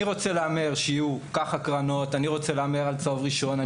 ושאתה רוצה להמר שיהיו כך קרנות ועל צהוב ראשון.